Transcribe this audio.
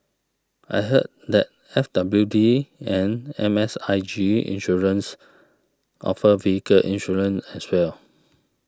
I heard that F W D and M S I G Insurance offer vehicle insurance as well